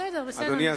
תודה למזכיר נאזם.